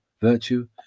virtue